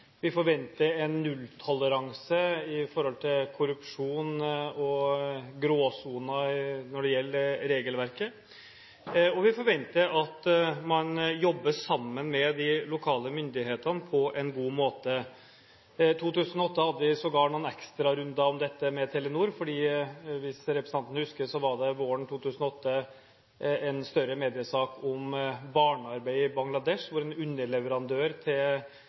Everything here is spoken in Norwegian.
Vi forventer en nulltoleranse for korrupsjon og gråsoner når det gjelder regelverket, og vi forventer at man jobber sammen med de lokale myndighetene på en god måte. I 2008 hadde vi sågar noen ekstrarunder om dette med Telenor. Hvis representanten husker det, var det våren 2008 en større mediesak om barnearbeid i Bangladesh, hvor en underleverandør til